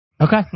Okay